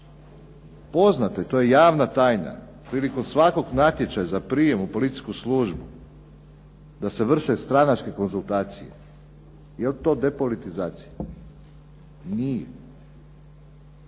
Poznato je i to je javna tajna, prilikom svakog natječaja za prijem u policijsku službu da se vrše stranačke konzultacije. Jel' to depolitizacija? Nije.